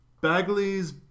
Bagley's